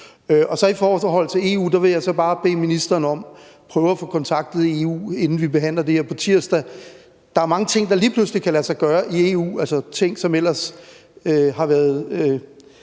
I forhold til EU vil jeg så bare bede ministeren om at prøve at få kontaktet EU, inden vi behandler det her på tirsdag. Der er mange ting, der lige pludselig kan lade sig gøre i EU, altså ting, som ellers har været